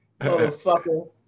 motherfucker